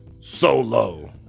Solo